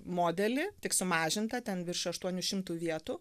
modelį tik sumažintą ten virš aštuonių šimtų vietų